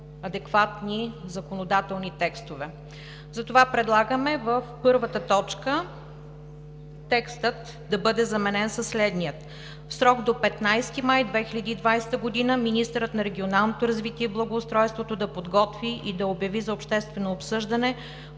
адекватни законодателни текстове. Предлагаме в първата точка текстът да бъде заменен със следния: „В срок до 15 май 2020 г. министърът на регионалното развитие и благоустройството да подготви и да обяви за обществено обсъждане